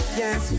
yes